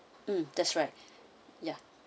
mm that's right yeah